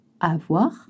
avoir